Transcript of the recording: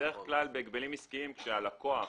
בדרך כלל בהגבלים עסקיים כאשר הלקוח